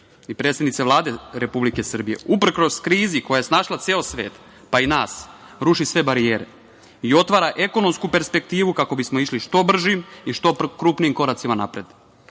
i predsednice Vlade Republike Srbije, uprkos krizi koja je snašla ceo svet pa i nas, ruši sve barijere i otvara ekonomsku perspektivu kako bismo išli što bržim i što krupnijim koracima napred. Zato